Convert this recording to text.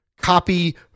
copy